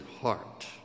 heart